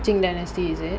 qing dynasty is it